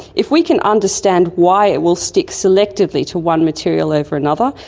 if we can understand why it will stick selectively to one material over another,